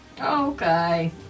Okay